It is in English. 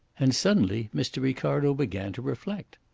and suddenly, mr. ricardo began to reflect.